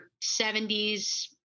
70s